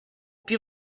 più